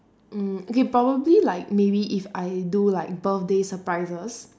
mm okay probably like maybe if I do like birthday surprises